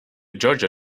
georgia